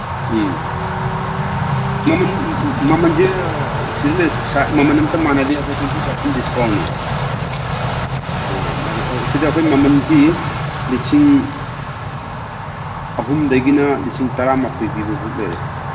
ꯎꯝ ꯃꯃꯟꯁꯦ ꯃꯃꯟ ꯑꯝꯇ ꯃꯥꯟꯅꯗꯦ ꯑꯩꯈꯣꯏ ꯇ꯭ꯋꯦꯟꯇꯤ ꯄꯥꯔꯁꯦꯟ ꯗꯤꯁꯀꯥꯎꯟꯅꯤ ꯑꯥ ꯁꯤꯗ ꯑꯩꯈꯣꯏ ꯃꯃꯟ ꯂꯤꯁꯤꯡ ꯑꯍꯨꯝꯗꯒꯤꯅ ꯂꯤꯁꯤꯡ ꯇꯔꯥꯃꯥꯊꯣꯏ ꯄꯤꯕꯕꯨꯛ ꯂꯩ